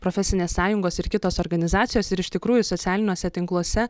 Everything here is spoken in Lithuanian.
profesinės sąjungos ir kitos organizacijos ir iš tikrųjų socialiniuose tinkluose